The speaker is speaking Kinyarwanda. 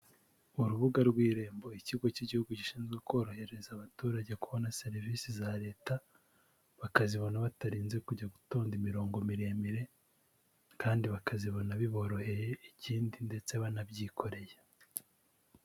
Urubuga rw'irembo, ikigo cy'igihugu gishinzwe korohereza abaturage kubona serivisi za Leta, bakazibona batarinze kujya gutonda imirongo miremire kandi bakazibona biboroheye, ikindi ndetse banabyikoreye.